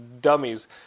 dummies